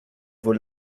vos